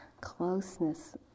closeness